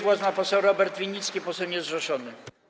Głos ma poseł Robert Winnicki, poseł niezrzeszony.